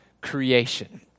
creation